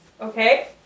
Okay